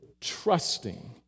trusting